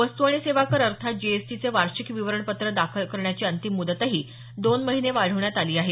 वस्तू आणि सेवा कर अर्थात जीएसटीचे वार्षिक विवरणपत्र दाखल करण्याची अंतिम मुदतही दोन महिने वाढवण्यात आली आहे